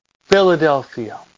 Philadelphia